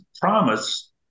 promise